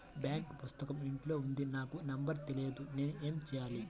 Bank పుస్తకం ఇంట్లో ఉంది నాకు నంబర్ తెలియదు నేను ఏమి చెయ్యాలి?